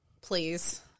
Please